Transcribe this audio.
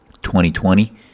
2020